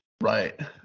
right